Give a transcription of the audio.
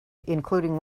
including